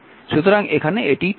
সুতরাং এখানে এটিই ঠিক আছে